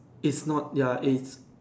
it's not ya it's